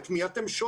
את מי הם שואלים.